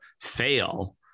fail